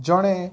ଜଣେ